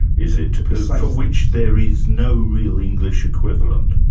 is it. precisely. for which there is no real english equivalent.